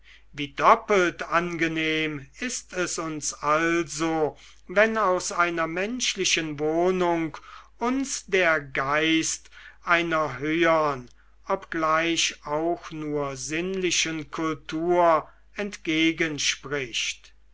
wie doppelt angenehm ist es uns also wenn aus einer menschlichen wohnung uns der geist einer höhern obgleich auch nur sinnlichen kultur entgegenspricht